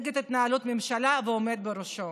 נגד התנהלות הממשלה והעומד בראשה